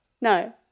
No